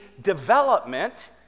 development